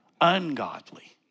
ungodly